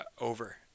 over